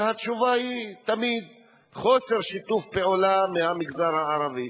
והתשובה תמיד היא חוסר שיתוף פעולה מהמגזר הערבי.